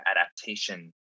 adaptation